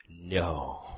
No